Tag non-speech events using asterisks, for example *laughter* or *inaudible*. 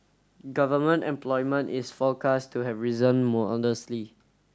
government employment is forecast to have risen *unintelligible*